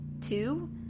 two